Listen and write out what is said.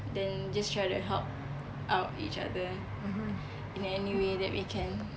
then just try to help out each other in any way that we can